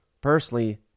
personally